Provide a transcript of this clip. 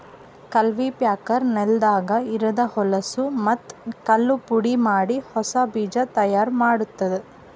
cultipacker ನೆಲದಾಗ ಇರದ್ ಹೊಲಸೂ ಮತ್ತ್ ಕಲ್ಲು ಪುಡಿಮಾಡಿ ಹೊಸಾ ಬೀಜ ತೈಯಾರ್ ಮಾಡ್ತುದ